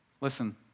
Listen